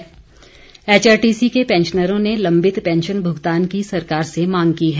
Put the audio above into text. pensioner HRTC के पैंशनरों ने लंबित पैंशन भुगतान की सरकार से मांग की है